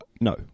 No